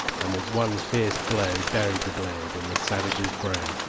and with one fierce blow buried the blade in the savage's brain.